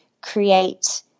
create